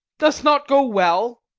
does't not go well?